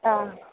ஆ